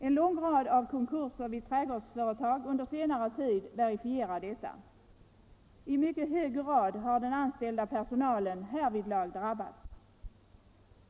En lång rad av konkurser vid trädgårdsföretag under senare tid verifierar detta. I mycket hög grad har den anställda personalen härvidlag drabbats.